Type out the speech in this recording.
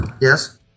Yes